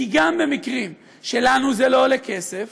כי גם במקרים שלנו זה לא עולה כסף,